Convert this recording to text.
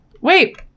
Wait